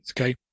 okay